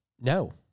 no